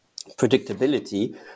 predictability